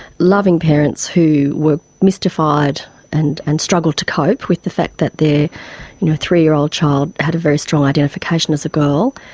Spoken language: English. loving parents who were mystified and and struggled to cope with the fact that their you know three-year-old child had a very strong identification as a girl.